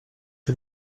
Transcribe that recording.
est